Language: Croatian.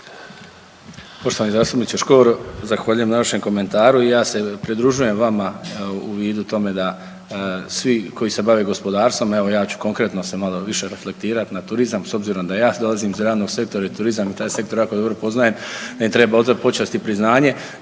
Poštovani zastupniče Škoro, zahvaljujem na vašem komentaru. I ja se pridružujem vama u vidu tome da svi koji se bave gospodarstvom, evo ja ću konkretno se malo više reflektirat na turizam s obzirom da ja dolazim iz realnog sektora i turizma i taj sektor jako dobro poznajem da im treba odati počast i priznanje